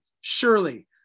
Surely